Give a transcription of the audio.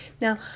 Now